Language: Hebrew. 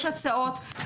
יש הצעות,